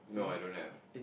no I don't have